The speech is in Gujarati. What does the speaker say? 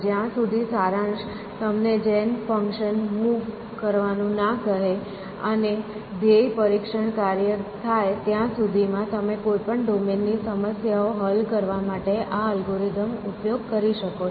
જ્યાં સુધી સારાંશ તમને જેન ફંક્શન મુવ કરવાનું ના કહે અને ધ્યેય પરીક્ષણ કાર્ય થાય ત્યાં સુધી માં તમે કોઈપણ ડોમેનની સમસ્યાઓ હલ કરવા માટે આ અલ્ગોરિધમ ઉપયોગ કરી શકો છો